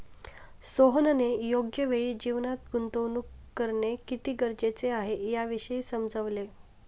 सोहनने योग्य वेळी जीवनात गुंतवणूक करणे किती गरजेचे आहे, याविषयी समजवले